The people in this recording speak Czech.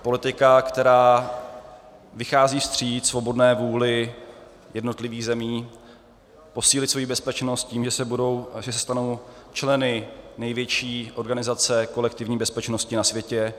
Politika, která vychází vstříc svobodné vůli jednotlivých zemí posílit svoji bezpečnost tím, že se stanou členy největší organizace kolektivní bezpečnosti na světě.